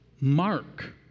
Mark